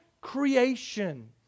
creation